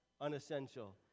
unessential